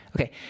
okay